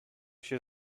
się